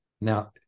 Now